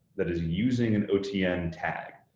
that is using an otn tag.